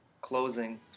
closing